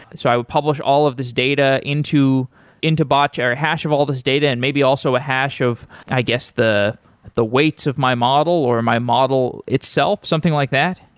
so i would publish all of this data into into botchain, or hash of all these data and maybe also a hash of i guess the the weights of my model or my model itself, something like that?